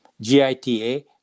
G-I-T-A